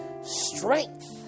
strength